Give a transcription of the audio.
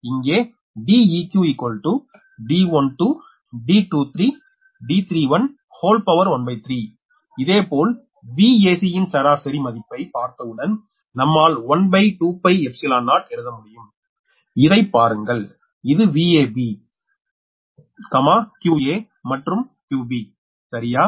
இங்கே 𝐷𝑒q 𝐷12𝐷23𝐷31 13 இதேபோல் Vac ன் சராசரி மதிப்பை பார்த்தவுடன் நம்மால் 120 எழுத முடியும் இதை பாருங்கள் இது Vab 𝑞𝑎 மற்றும் 𝑞𝑏 சரியா